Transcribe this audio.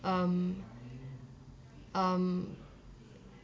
um um